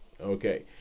Okay